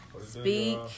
Speak